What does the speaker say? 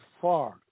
far